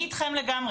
אני אתכם לגמרי,